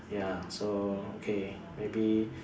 ya so okay maybe